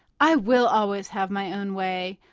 i will always have my own way.